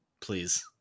Please